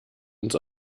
ins